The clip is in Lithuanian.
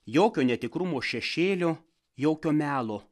jokio netikrumo šešėlio jokio melo